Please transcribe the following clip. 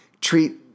treat